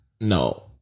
No